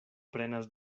prenas